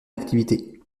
activité